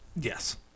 Yes